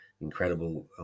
incredible